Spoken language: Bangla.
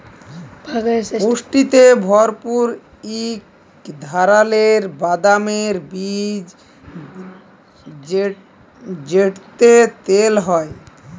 পুষ্টিতে ভরপুর ইক ধারালের বাদামের বীজ যেটতে তেল হ্যয়